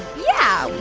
yeah,